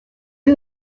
est